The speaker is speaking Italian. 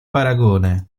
paragone